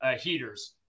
heaters